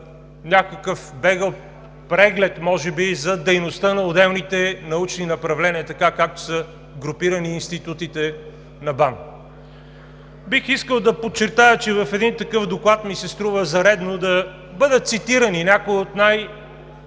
някакъв бегъл преглед може би за дейността на отделните научни направления, така както са групирани институтите на БАН. Бих искал да подчертая, че в един такъв доклад ми се струва за редно да бъдат цитирани някои от